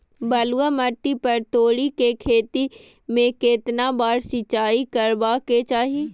बलुआ माटी पर तोरी के खेती में केतना बार सिंचाई करबा के चाही?